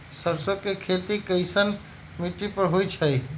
सरसों के खेती कैसन मिट्टी पर होई छाई?